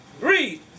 Read